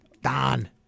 Don